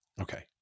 Okay